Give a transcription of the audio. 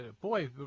Boy